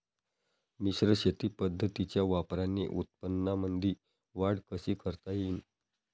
मिश्र शेती पद्धतीच्या वापराने उत्पन्नामंदी वाढ कशी करता येईन?